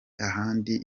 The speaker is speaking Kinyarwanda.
ahandi